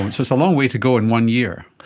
um so it's a long way to go in one year.